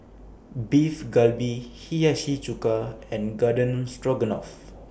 Beef Galbi Hiyashi Chuka and Garden Stroganoff